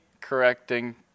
correcting